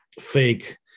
fake